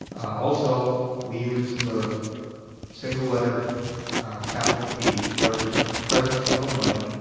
also we use the single letter capital p to represent the present sum of money.